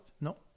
No